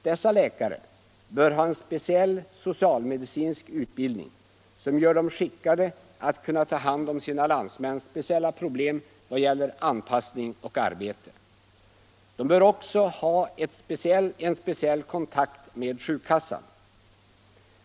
Dessa läkare bör ha en speciell socialmedicinsk utbildning, som gör dem skickade att kunna ta hand om sina landsmäns speciella problem vad gäller anpassning och arbete. Invandrarläkarna bör också ha en speciell kontakt med sjukkassan.